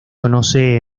conoce